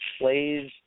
plays